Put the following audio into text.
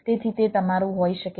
તેથી તે તમારું હોઈ શકે છે